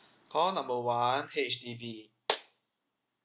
call number one H_D_B